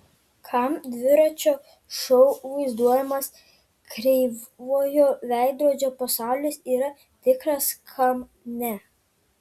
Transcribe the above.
kam dviračio šou vaizduojamas kreivojo veidrodžio pasaulis yra tikras kam ne